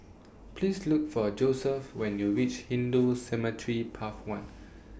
Please Look For Josephus when YOU REACH Hindu Cemetery Path one